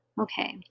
Okay